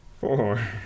Four